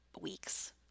weeks